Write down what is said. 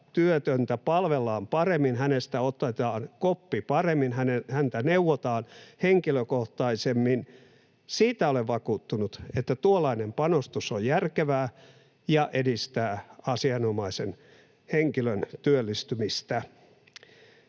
palvellaan paremmin, hänestä otetaan koppi paremmin ja häntä neuvotaan henkilökohtaisemmin, tuollainen panostus on järkevää ja edistää asianomaisen henkilön työllistymistä.